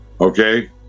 Okay